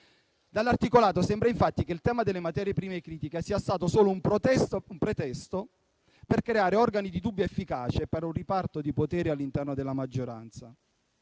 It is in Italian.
Dall'articolato sembra, infatti, che il tema delle materie prime critiche sia stato solo un pretesto per creare organi di dubbia efficacia e per un riparto di potere all'interno della maggioranza.